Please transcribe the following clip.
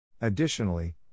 Additionally